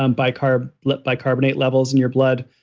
um bicarb lit by carbonate levels in your blood.